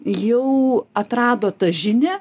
jau atrado tą žinią